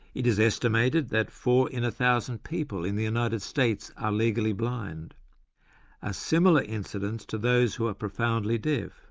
it is estimated that four in a thousand people in the united states are legally blind a similar incidence to those who are profoundly deaf.